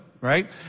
right